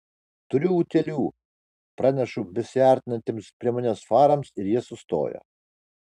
turiu utėlių pranešu besiartinantiems prie manęs farams ir jie sustoja